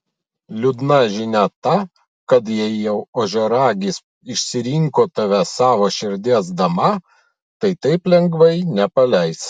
liūdna žinia ta kad jei jau ožiaragis išsirinko tave savo širdies dama tai taip lengvai nepaleis